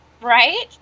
Right